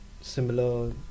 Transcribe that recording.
similar